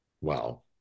Wow